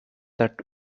that